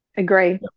Agree